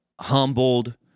humbled